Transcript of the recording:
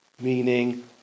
meaning